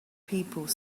people